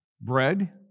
Bread